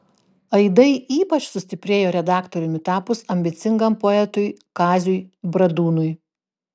aidai ypač sustiprėjo redaktoriumi tapus ambicingam poetui kaziui bradūnui